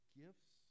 gifts